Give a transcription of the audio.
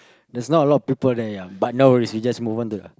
there's not a lot of people there ya but no worries we just move on to